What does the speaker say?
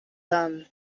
them